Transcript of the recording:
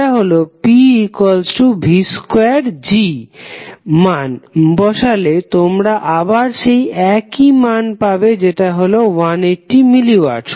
যেটা হলো pv2G মান বসালে তোমরা আবার সেই একই মান পাবে যেটা হলো 180 মিলি ওয়াট